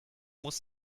muss